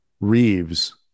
Reeves